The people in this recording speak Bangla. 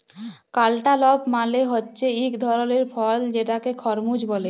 ক্যালটালপ মালে হছে ইক ধরলের ফল যেটাকে খরমুজ ব্যলে